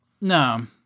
no